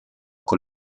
con